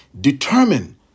Determine